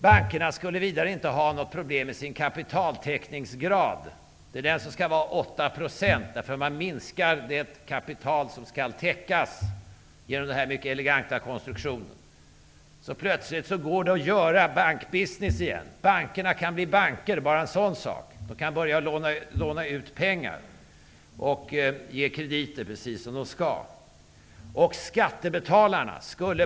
Bankerna skulle vidare inte ha något problem med sin kapitaltäckningsgrad. Det är den som skall vara 8 %, därför att man minskar det kapital som skall täckas genom denna mycket eleganta konstruktion. Plötsligt går det att göra bankbusiness igen. Bara en sådan sak som att bankerna kan bli banker igen. De kan börja låna ut pengar och ge krediter precis som de skall.